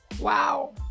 wow